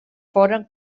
foren